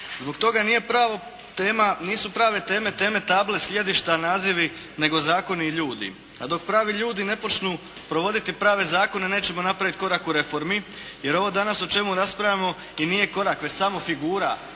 Zbog toga nisu prave teme teme table, sjedišta, nazivi nego zakoni i ljudi a dok pravi ljudi ne počnu provoditi prave zakone nećemo napraviti korak u reformi jer ovo o čemu danas raspravljamo i nije korak već samo figura